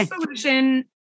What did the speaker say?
solution